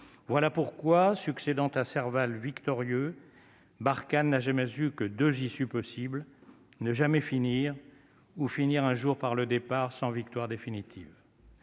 voilà pourquoi succédant à Serval victorieux Barkhane n'a jamais eu que 2 issues possibles : ne jamais finir ou finir un jour par le départ sans victoire définitive.